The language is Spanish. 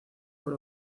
por